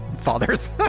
fathers